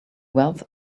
wealth